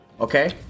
Okay